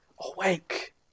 awake